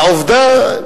והעובדה,